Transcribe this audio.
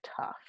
tough